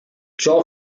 ciò